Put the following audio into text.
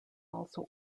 also